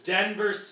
Denver